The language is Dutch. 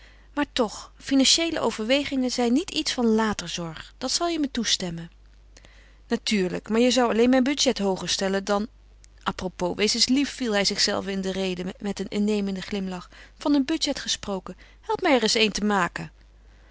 maar toch financieele overwegingen zijn niet iets van later zorg dat zal je me toestemmen natuurlijk maar je zou alleen mijn budget hooger stellen dan à propos wees eens lief viel hij zichzelven in de rede met een innemenden glimlach van een budget gesproken help mij eens er een te maken